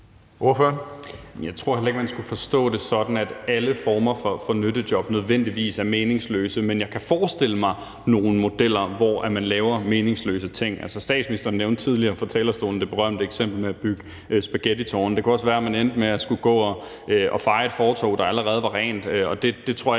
Jeg tror heller ikke, man skal forstå det sådan, at alle former for nyttejob nødvendigvis er meningsløse, men jeg kan forestille mig nogle modeller, hvor man laver meningsløse ting. Statsministeren nævnte tidligere fra talerstolen det berømte eksempel med at bygge spaghettitårne. Det kunne også være, at man endte med at skulle gå og feje et fortov, der allerede var rent. Og det tror jeg